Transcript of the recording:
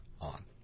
on